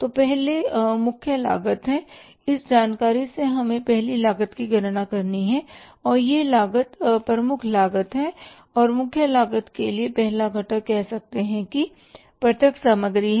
तो पहले मुख्य लागत है इस जानकारी से हमें पहली लागत की गणना करनी है और यह लागत प्रमुख लागत है और मुख्य लागत के लिए पहला घटक कह सकते हैं कि प्रत्यक्ष सामग्री है